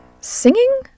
Singing